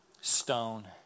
stone